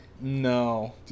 no